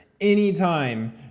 anytime